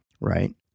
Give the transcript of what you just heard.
right